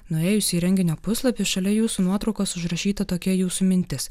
nuėjusi į renginio puslapį šalia jūsų nuotraukos užrašyta tokia jūsų mintis